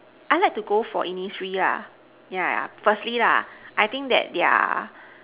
I like to go for Innisfree lah yeah yeah firstly lah I think that their